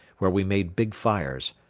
where we made big fires,